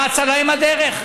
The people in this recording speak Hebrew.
אבל למה אצה להם הדרך?